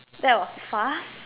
that was fast